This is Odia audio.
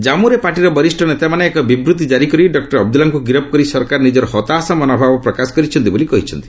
ଜମ୍ମରେ ପାର୍ଟିର ବରିଷ୍ଣ ନେତାମାନେ ଏକ ବିବୃତ୍ତି ଜାରି କରି ଡକ୍ଟର ଅବୁଦୁଲ୍ଲାଙ୍କୁ ଗିରଫ କରି ସରକାର ନିଜର ହତାଶ ମନୋଭାବ ପ୍ରକାଶ କରିଛନ୍ତି ବୋଲି କହିଛନ୍ତି